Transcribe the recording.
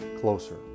closer